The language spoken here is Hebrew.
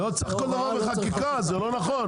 לא צריך כל דבר בחקיקה, זה לא נכון.